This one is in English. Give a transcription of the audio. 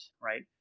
right